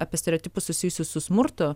apie stereotipus susijusius su smurtu